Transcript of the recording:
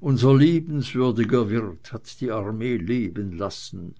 unser liebenswürdiger wirt hat die armee leben lassen